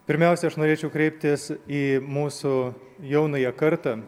pirmiausia aš norėčiau kreiptis į mūsų jaunąją kartą